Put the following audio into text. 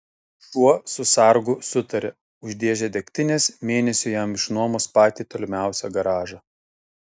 šuo su sargu sutarė už dėžę degtinės mėnesiui jam išnuomos patį tolimiausią garažą